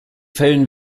fällen